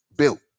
Built